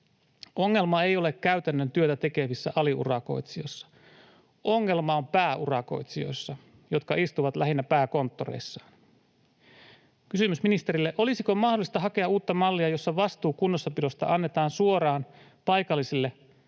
Ongelma ei ole käytännön työtä tekevissä ali-urakoitsijoissa. Ongelma on pääurakoitsijoissa, jotka istuvat lähinnä pääkonttoreissaan. Kysymys ministerille: olisiko mahdollista hakea uutta mallia, jossa vastuu kunnossapidosta annetaan suoraan paikallisille urakoitsijoille?